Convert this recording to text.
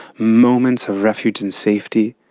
moments of refuge and safety,